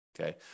okay